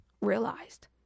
realized